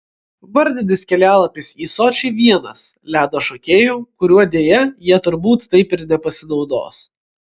vardinis kelialapis į sočį vienas ledo šokėjų kuriuo deja jie turbūt taip ir nepasinaudos